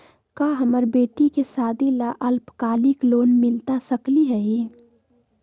का हमरा बेटी के सादी ला अल्पकालिक लोन मिलता सकली हई?